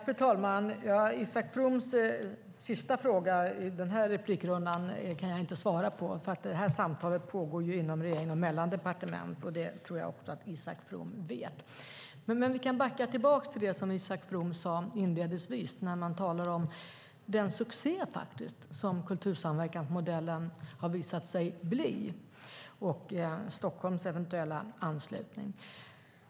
Fru talman! Isak Froms sista fråga i den här replikrundan kan jag inte svara på, för samtalet pågår ju inom regeringen och mellan departementen. Det tror jag att Isak From vet. Vi backar tillbaka till det som Isak From sade inledningsvis om den succé som kultursamverkansmodellen faktiskt har visat sig bli och Stockholms eventuella anslutning.